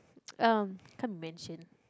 uh can't mention